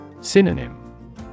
Synonym